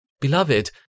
Beloved